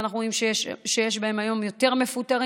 ואנחנו רואים שיש בהן היום יותר מפוטרים,